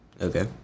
Okay